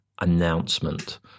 announcement